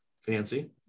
Fancy